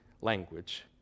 language